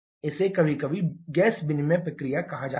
इसे कभी कभी गैस विनिमय प्रक्रिया कहा जाता है